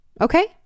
Okay